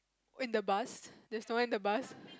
in the bus there's no one in the bus